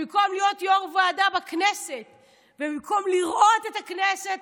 במקום להיות יו"ר ועדה בכנסת ובמקום לראות את הכנסת,